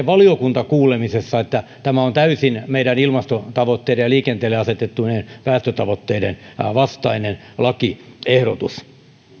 valiokuntakuulemisessa että tämä on täysin meidän ilmastotavoitteiden ja liikenteelle asetettujen päästötavoitteiden vastainen lakiehdotus